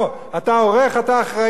לא, אתה העורך, אתה אחראי.